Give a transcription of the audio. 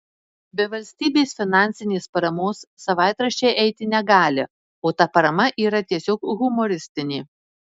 be valstybės finansinės paramos savaitraščiai eiti negali o ta parama yra tiesiog humoristinė